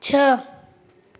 छह